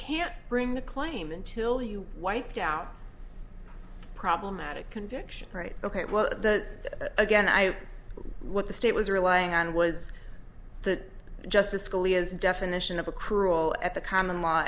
can't bring the claim until you wiped out problematic conviction right ok well the again i what the state was relying on was that justice scalia's definition of a cruel at the common law